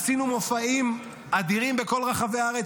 עשינו מופעים אדירים בכל רחבי הארץ,